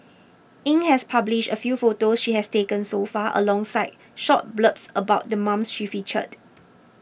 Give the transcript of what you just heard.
Yin has published a few photos she has taken so far alongside short blurbs about the moms she featured